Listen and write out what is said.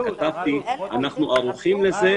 אנחנו ערוכים לזה.